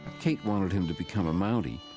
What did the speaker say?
kate wanted him to become a mountie,